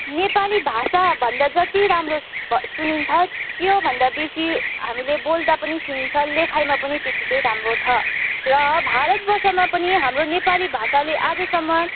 नेपाली भाषा भन्दा जति राम्रो सुनिन्छ त्योभन्दा बेसी हामीले बोल्दा पनि सुनिन्छ लेखाइमा पनि त्यतिकै राम्रो छ र भारतवर्षमा पनि हाम्रो नेपाली भाषाले आजसम्म